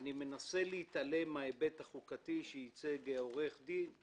אני מנסה להתעלם מן ההיבט החוקתי שייצג עורך דין ליאור כץ,